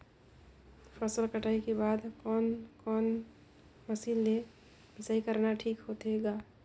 फसल कटाई के बाद कोने कोने मशीन ले मिसाई करना ठीक होथे ग?